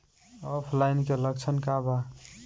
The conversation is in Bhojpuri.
ऑफलाइनके लक्षण क वा?